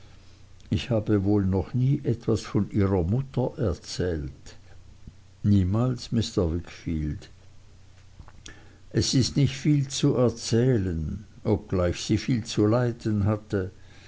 ich habe wohl noch nie etwas von ihrer mutter erzählt niemals mr wickfield es ist nicht viel zu erzählen obgleich sie viel zu leiden hatte